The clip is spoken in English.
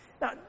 Now